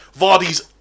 Vardy's